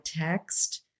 text